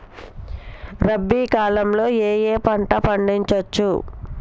రబీ కాలంలో ఏ ఏ పంట పండించచ్చు?